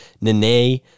Nene